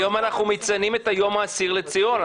אנחנו מציינים את יום אסיר ציון,